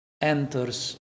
enters